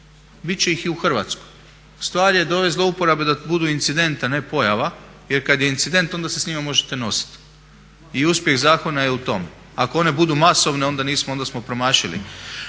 će ih i u Hrvatskoj. Stvar je dovesti zlouporabe da budu incident a ne pojava. Jer kad je incident onda se s njima možete nositi. I uspjeh zakona je u tome. Ako one budu masovne onda nismo, onda smo promašili.